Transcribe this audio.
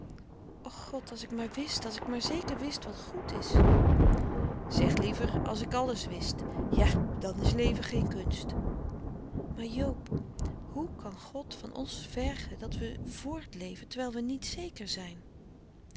god als ik maar wist als ik maar zeker wist wat goed is zeg liever as ik alles wist ja dan is leven geen kunst maar joob hoe kan god van ons verge dat we voort leve terwijl we niet zeker zijn